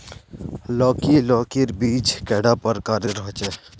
लौकी लौकीर बीज कैडा प्रकारेर होचे?